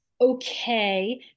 Okay